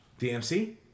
DMC